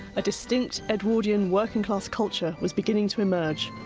a distinct edwardian, working class culture was beginning to emerge,